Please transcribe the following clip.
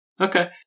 Okay